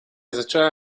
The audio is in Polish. zaczęła